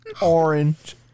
Orange